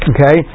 Okay